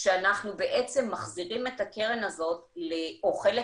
כשאנחנו מחזירים את הקרן הזאת או חלק